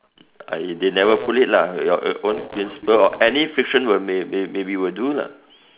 uh they never put it lah your own principle or any fiction will maybe will do lah